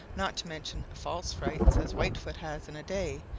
not to mention false frights, as whitefoot has in a day,